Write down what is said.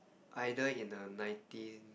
either in a nineteen